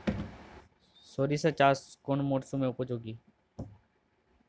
সরিষা চাষ কোন মরশুমে উপযোগী?